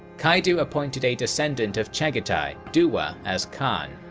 kaidu appointed a descendant of chagatai, duwa, as khan,